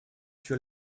für